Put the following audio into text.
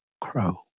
Crow